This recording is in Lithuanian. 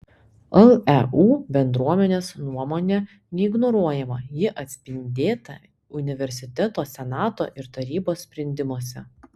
leu bendruomenės nuomonė neignoruojama ji atspindėta universiteto senato ir tarybos sprendimuose